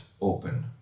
open